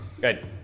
Good